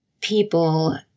people